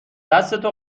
دستتو